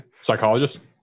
psychologist